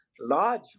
large